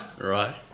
right